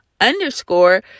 underscore